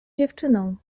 dziewczyną